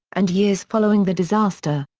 and years following the disaster.